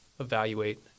Evaluate